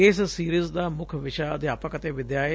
ਇਸ ਸੀਰੀਜ਼ ਦਾ ਮੁੱਖ ਵਿਸ਼ਾ ਅਧਿਆਪਕ ਅਤੇ ਵਿਦਿਆ ਏ